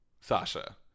Sasha